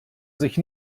sich